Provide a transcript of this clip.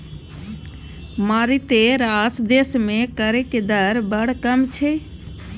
मारिते रास देश मे करक दर बड़ कम छै